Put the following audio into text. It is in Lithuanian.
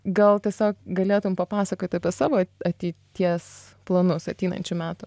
gal tiesiog galėtum papasakoti apie savo ateities planus ateinančių metų